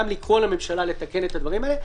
לקרוא לממשלה לתקן את הדברים האלה,